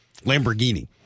Lamborghini